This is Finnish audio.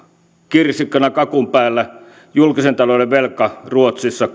kirsikkana kakun päällä julkisen talouden velka ruotsissa